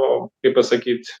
o kaip pasakyt